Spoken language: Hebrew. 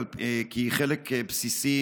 כי היא חלק בסיסי